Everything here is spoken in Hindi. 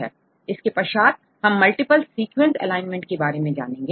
इसके पश्चात हम मल्टीपल सीक्वेंस एलाइनमेंट के बारे में जानेंगे